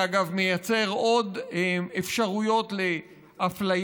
אגב, זה מייצר עוד אפשרויות לאפליה,